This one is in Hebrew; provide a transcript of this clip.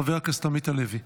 חבר הכנסת עמית הלוי.